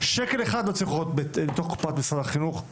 שקל אחד לא צריך להיות בתוך קופת משרד החינוך.